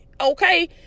Okay